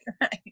right